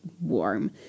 warm